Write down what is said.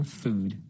food